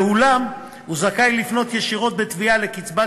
ואולם הוא זכאי לפנות ישירות בתביעה לקצבת